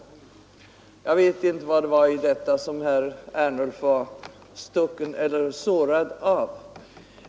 Jag vet inte vad det var i detta som herr Ernulf var sårad av.